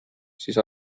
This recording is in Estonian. siis